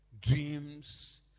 dreams